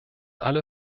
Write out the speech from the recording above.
alle